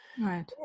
right